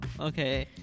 Okay